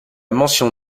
mention